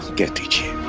get